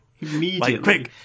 immediately